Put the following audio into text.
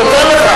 הוא אומר,